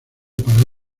para